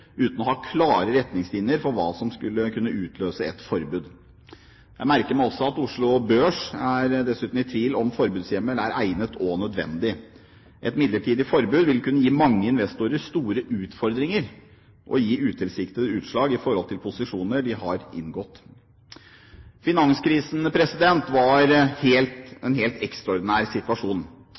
uten å ha klare retningslinjer for hva som skulle kunne utløse et forbud. Jeg merker meg også at Oslo Børs dessuten er i tvil om forbudshjemmel er egnet og nødvendig. Et midlertidig forbud vil kunne gi mange investorer store utfordringer og gi utilsiktede utslag i forhold til posisjoner de har inngått. Finanskrisen var en helt ekstraordinær situasjon.